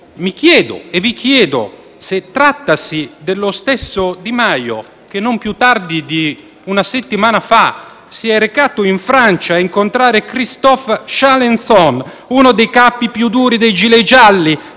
Mi chiedo - e vi chiedo - se trattasi dello stesso Di Maio che, non più tardi di una settimana fa, si è recato in Francia a incontrare Christophe Chalencon, uno dei capi più duri dei *gilet* gialli,